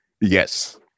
Yes